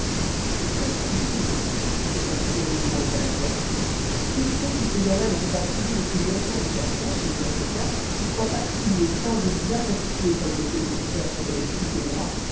une fois n'est pas coutume répondit sérieusement le canadien qui sait si ces gens-là ne sont pas privés depuis longtemps de chair fraîche et dans ce cas trois particuliers sains et bien constitués comme monsieur le professeur son domestique et moi